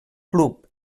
club